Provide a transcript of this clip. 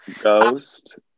Ghost